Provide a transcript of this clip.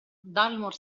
dalmor